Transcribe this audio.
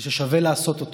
וששווה לעשות אותו,